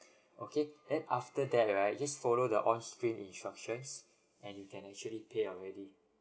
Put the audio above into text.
okay then after that right just follow the on screen instructions and you can actually pay already